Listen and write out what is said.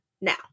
now